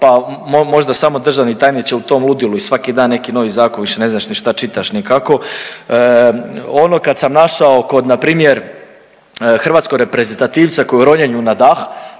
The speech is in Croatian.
pa možda samo državni tajniče u tom ludilu i svaki dan neki novi zakon, više ne znaš ni šta čitaš, ni kako. Ono kad sam našao kod npr. hrvatskog reprezentativca koji je u ronjenju na dah,